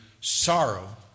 sorrow